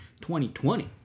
2020